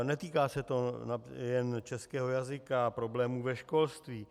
Netýká se to jen českého jazyka, problémů ve školství.